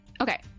okay